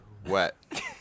Wet